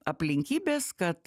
aplinkybės kad